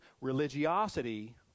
religiosity